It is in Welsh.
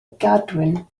gadwyn